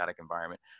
environment